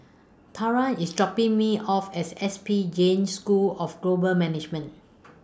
Tarah IS dropping Me off as S P Jain School of Global Management